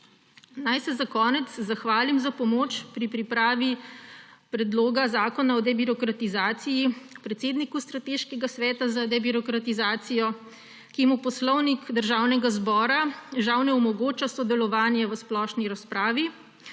Naj se za konec zahvalim za pomoč pri pripravi Predloga zakona o debirokratizaciji predsedniku Strateškega sveta za debirokratizacijo, ki mu Poslovnik Državnega zbora žal ne omogoča sodelovanja v splošni razpravi;